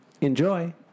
Enjoy